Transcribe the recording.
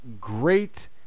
great